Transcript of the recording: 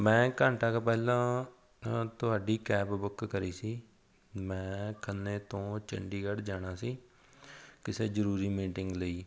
ਮੈਂ ਘੰਟਾ ਕੁ ਪਹਿਲਾਂ ਤੁਹਾਡੀ ਕੈਬ ਬੁੱਕ ਕਰੀ ਸੀ ਮੈਂ ਖੰਨੇ ਤੋਂ ਚੰਡੀਗੜ੍ਹ ਜਾਣਾ ਸੀ ਕਿਸੇ ਜ਼ਰੂਰੀ ਮੀਟਿੰਗ ਲਈ